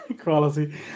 Quality